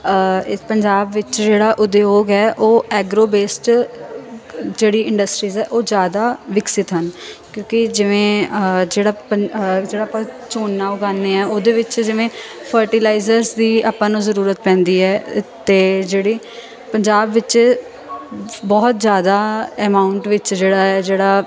ਇਸ ਪੰਜਾਬ ਵਿੱਚ ਜਿਹੜਾ ਉਦਯੋਗ ਹੈ ਉਹ ਐਗਰੋ ਬੇਸਡ ਜਿਹੜੀ ਇੰਡਸਟਰੀਜ ਉਹ ਜ਼ਿਆਦਾ ਵਿਕਸਤ ਹਨ ਕਿਉਂਕਿ ਜਿਵੇਂ ਜਿਹੜਾ ਪੰ ਜਿਹੜਾ ਆਪਾਂ ਝੋਨਾ ਉਗਾਉਂਦੇ ਹਾਂ ਉਹਦੇ ਵਿੱਚ ਜਿਵੇਂ ਫਰਟੀਲਾਈਜਰ ਦੀ ਆਪਾਂ ਨੂੰ ਜ਼ਰੂਰਤ ਪੈਂਦੀ ਹੈ ਅਤੇ ਜਿਹੜੀ ਪੰਜਾਬ ਵਿੱਚ ਬਹੁਤ ਜ਼ਿਆਦਾ ਅਮਾਊਂਟ ਵਿੱਚ ਜਿਹੜਾ ਹੈ ਜਿਹੜਾ